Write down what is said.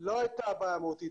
לא הייתה בעיה מהותית.